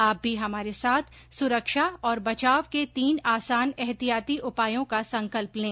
आप भी हमारे साथ सुरक्षा और बचाव के तीन आसान एहतियाती उपायों का संकल्प लें